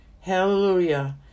Hallelujah